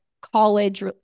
college